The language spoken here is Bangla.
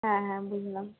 হ্যাঁ হ্যাঁ বুঝলাম